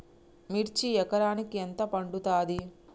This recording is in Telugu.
మిర్చి ఎకరానికి ఎంత పండుతది?